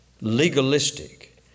legalistic